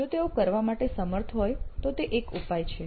જો તેઓ કરવા માટે સમર્થ હોય તો તે એક ઉપાય છે